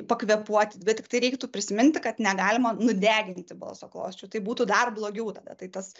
pakvėpuoti bet tiktai reiktų prisiminti kad negalima nudeginti balso klosčių tai būtų dar blogiau tada tai tas